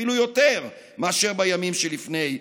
אפילו יותר מאשר בימים שלפני ההתנתקות.